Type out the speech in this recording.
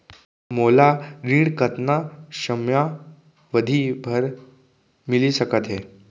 मोला ऋण कतना समयावधि भर मिलिस सकत हे?